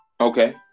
Okay